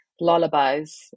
lullabies